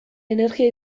energia